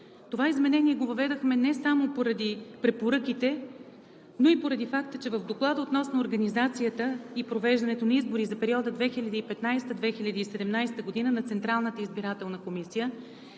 Това изменение го въведохме не само поради препоръките, но и поради факта, че в Доклада относно организацията и провеждането на избори за периода 2015 – 2017 г. на Централната избирателна комисия